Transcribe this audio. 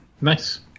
Nice